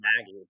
Maggie